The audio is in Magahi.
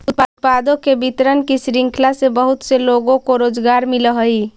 उत्पादों के वितरण की श्रृंखला से बहुत से लोगों को रोजगार मिलअ हई